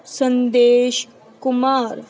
ਸੰਦੇਸ਼ ਕੁਮਾਰ